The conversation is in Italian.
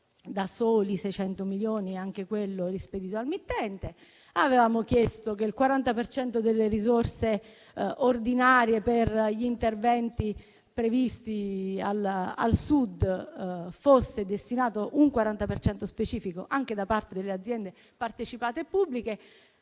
di soli 600 milioni: anche quello rispedito al mittente. Avevamo chiesto che, per gli interventi previsti al Sud, fosse destinato un 40 per cento specifico anche da parte delle aziende partecipate pubbliche.